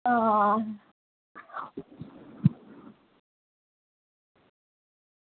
आं